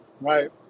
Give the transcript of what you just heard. right